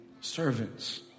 servants